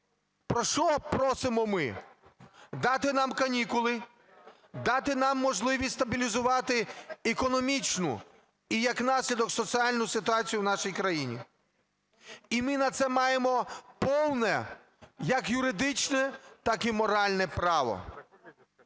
Про що просимо ми? Дати нам канікули. Дати нам можливість стабілізувати економічну, і як наслідок, соціальну ситуацію в нашій країні. І ми на це маємо повне як юридичне, так і моральне право.